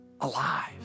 alive